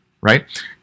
right